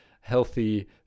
healthy